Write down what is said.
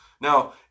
Now